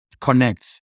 connects